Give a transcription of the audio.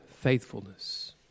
faithfulness